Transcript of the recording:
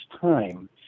time